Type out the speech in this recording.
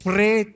Pray